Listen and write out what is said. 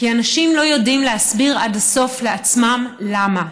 כי אנשים לא יודעים להסביר עד הסוף לעצמם למה,